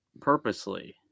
purposely